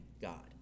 God